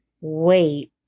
Wait